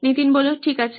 নীতিন ঠিক আছে